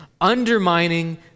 undermining